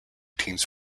teams